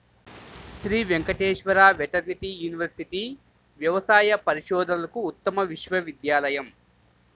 Shri Venkateswara veterinary university వ్యవసాయ పరిశోధనలకు ఉత్తమ విశ్వవిద్యాలయం